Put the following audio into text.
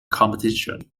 competition